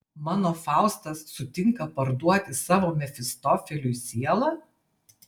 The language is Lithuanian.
mano faustas sutinka parduoti savo mefistofeliui sielą